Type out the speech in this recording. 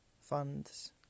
funds